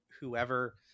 whoever